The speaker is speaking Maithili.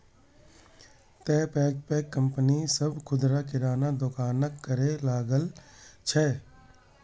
तें पैघ पैघ कंपनी सभ खुदरा किराना दोकानक करै लागल छै